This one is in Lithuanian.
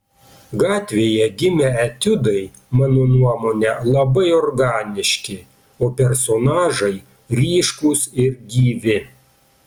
gatvėje gimę etiudai mano nuomone labai organiški o personažai ryškūs ir gyvi